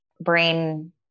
brain